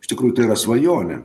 iš tikrųjų tai yra svajonė